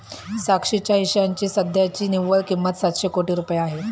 साक्षीच्या हिश्श्याची सध्याची निव्वळ किंमत सातशे कोटी रुपये आहे